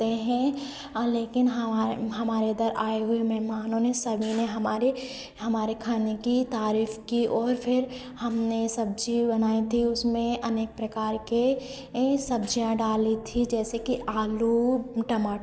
सकते हैं आ लेकिन हमारे हमारे इधर आए हुए मेहमानों ने सभी ने हमारे हमारे खाने की तारीफ़ की और फिर हमने सब्ज़ी बनाए थे उसमें अनेक प्रकार के इन सब्ज़ियाँ डाली थी जैसे कि आलू टमाटर